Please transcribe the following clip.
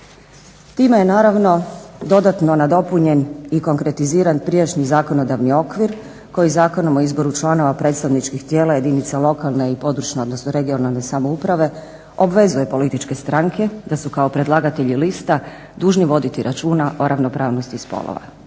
Time je naravno dodatno nadopunjen i konkretiziran prijašnji zakonodavni okvir koji Zakonom o izboru članova predstavničkih tijela jedinica lokalne i područne odnosno regionalne samouprave obvezuje političke stranke da su kao predlagatelji lista dužni voditi računa o ravnopravnosti spolova.